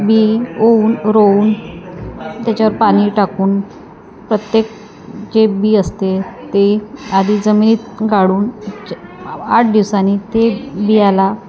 बी ओवून रोवून त्याच्यावर पाणी टाकून प्रत्येक जे बी असते ते आधी जमिनीत गाडून आठ दिवसांनी ते बियाला